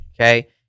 okay